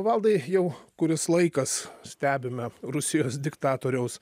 valdai jau kuris laikas stebime rusijos diktatoriaus